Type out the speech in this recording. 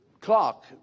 clock